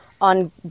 on